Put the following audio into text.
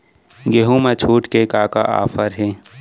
गेहूँ मा छूट के का का ऑफ़र हे?